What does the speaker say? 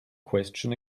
question